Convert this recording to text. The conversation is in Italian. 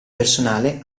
personale